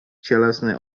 cielesny